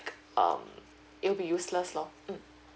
um it will be useless loh mm